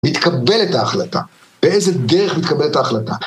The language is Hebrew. מתקבלת ההחלטה, באיזה דרך מתקבלת ההחלטה.